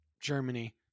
germany